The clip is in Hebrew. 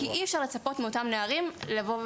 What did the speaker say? כי אי אפשר לצפות מאותם נערים לבוא ולהתלונן.